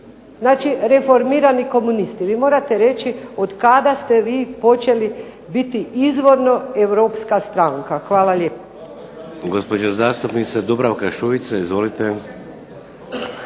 znači reformirani komunisti. Vi morate reći otkada ste vi počeli biti izvorno europska stranka. Hvala lijepa.